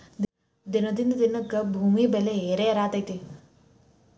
ದಿನದಿಂದ ದಿನಕ್ಕೆ ಭೂಮಿ ಬೆಲೆ ಏರೆಏರಾತೈತಿ